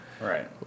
right